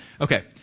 okay